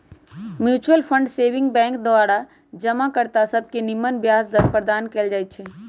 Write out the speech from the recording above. mutual saving bank द्वारा जमा कर्ता सभके निम्मन ब्याज दर प्रदान कएल जाइ छइ